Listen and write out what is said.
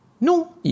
no